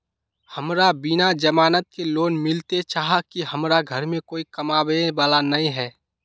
हमरा बिना जमानत के लोन मिलते चाँह की हमरा घर में कोई कमाबये वाला नय है?